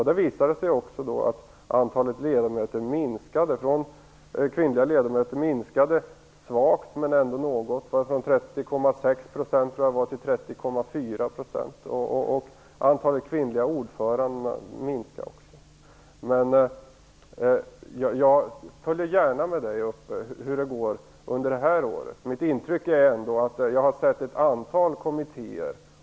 Det visade sig också då att antalet kvinnliga ledamöter minskade svagt men ändå något, från 30,6 % till Men tillsammans med Inger René följer jag gärna upp hur det kommer att gå under detta år.